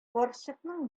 карчыкның